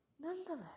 Nonetheless